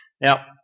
Now